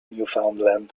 newfoundland